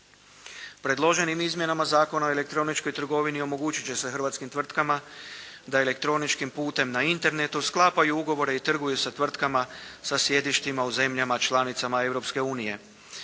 Predloženim izmjenama Zakona o elektroničkoj trgovini omogućiti će se hrvatskim tvrtkama da elektroničkim putem na internetu sklapaju ugovore i trguju sa tvrtkama sa sjedištima u zemljama članicama